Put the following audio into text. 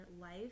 life